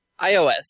iOS